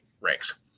ranks